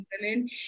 women